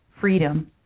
freedom